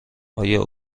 آیا